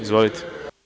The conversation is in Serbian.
Izvolite.